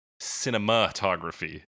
Cinematography